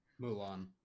Mulan